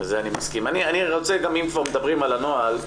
אם כבר מדברים על הנוהל,